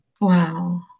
wow